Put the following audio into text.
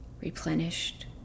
replenished